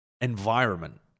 environment